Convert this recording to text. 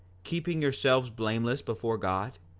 keeping yourselves blameless before god?